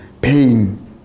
pain